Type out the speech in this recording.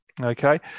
Okay